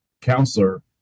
counselor